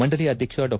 ಮಂಡಳಿಯ ಅಧ್ಯಕ್ಷ ಡಾ